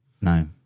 No